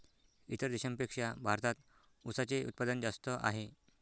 इतर देशांपेक्षा भारतात उसाचे उत्पादन जास्त आहे